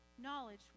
knowledge